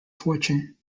fortune